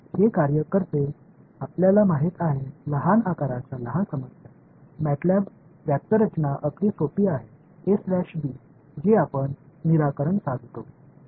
हे कार्य करते आपल्याला माहित आहे लहान आकाराच्या लहान समस्या मॅटॅलब वाक्यरचना अगदी सोपी आहे a स्लॅश b जी आपण निराकरण साधतो